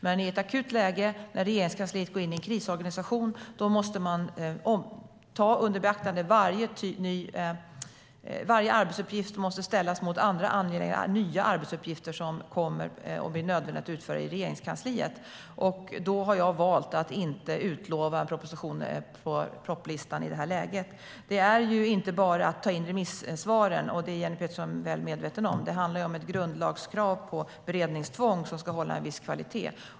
Men i ett akut läge när Regeringskansliet går in i en krisorganisation måste varje arbetsuppgift ställas mot andra nya, angelägna arbetsuppgifter som kommer och blir nödvändiga att utföra i Regeringskansliet. Då har jag i det här läget valt att inte utlova en proposition på propositionslistan. Det är inte bara fråga om att ta in remissvar, och det är Jenny Petersson väl medveten om. Det handlar ju om ett grundlagskrav på beredningstvång som ska hålla en viss kvalitet.